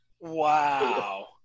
Wow